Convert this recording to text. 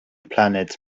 planet